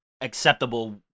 acceptable